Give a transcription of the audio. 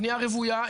בניה רוויה,